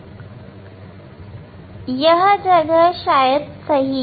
मुझे लगता है यह जगह है